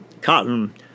cotton